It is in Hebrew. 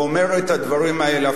ואומר את הדברים האלה,